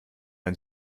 ein